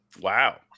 Wow